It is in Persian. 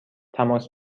تماس